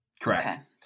Correct